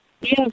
Yes